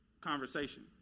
conversation